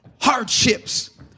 hardships